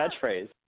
catchphrase